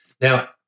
Now